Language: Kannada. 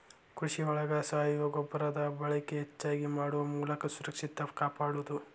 ಕೃಷಿ ಒಳಗ ಸಾವಯುವ ಗೊಬ್ಬರದ ಬಳಕೆ ಹೆಚಗಿ ಮಾಡು ಮೂಲಕ ಸುಸ್ಥಿರತೆ ಕಾಪಾಡುದು